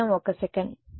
కేవలం 1 సెకను